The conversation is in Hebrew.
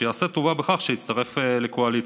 שיעשה טובה בכך שיצטרף לקואליציה.